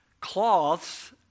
cloths